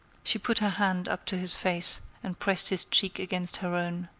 she put her hand up to his face and pressed his cheek against her own.